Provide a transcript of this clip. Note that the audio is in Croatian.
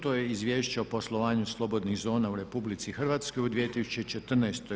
To je - Izvješće o poslovanju slobodnih zona u RH u 2014.